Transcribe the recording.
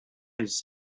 his